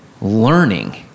learning